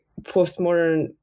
postmodern